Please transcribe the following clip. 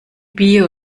bio